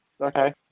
Okay